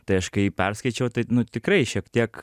tai aš kai jį perskaičiau tai tikrai šiek tiek